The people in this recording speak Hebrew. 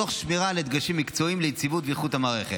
תוך שמירה על הדגשים מקצועיים ליציבות ואיכות המערכת.